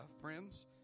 friends